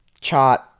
chart